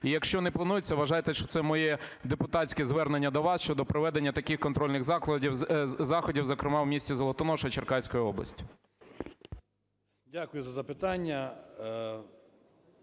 І якщо не плануються, вважайте, що це моє депутатське звернення до вас щодо проведення таких контрольних заходів, зокрема у місті Золотоноша Черкаської області. 11:32:02 ПАЦКАН